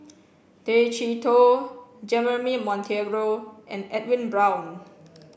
Tay Chee Toh Jeremy Monteiro and Edwin Brown